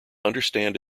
understand